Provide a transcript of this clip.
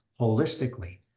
holistically